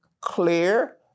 clear